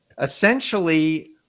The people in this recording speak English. essentially